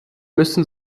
müssen